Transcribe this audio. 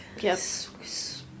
Yes